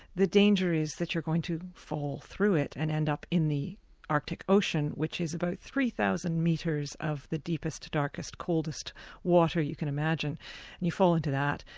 the danger is that you're going to fall through it and end up in the arctic ocean, which is about three thousand metres of the deepest, darkest, coldest water you can imagine, and you fall into that,